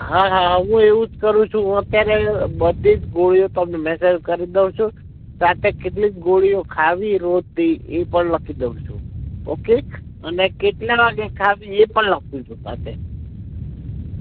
હા હા હું એવું જ કરું છું હું અત્યારે બધી જ ગોળીઓ તમને મેસેજ કરી દઉં છું સાથે કેટલી ગોળીઓ ખાવી રોજની એ પણ લખી દઉં છું ઓકે અને કેટલા વાગે ખાવી એ પણ લખું છું સાથે